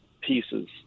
pieces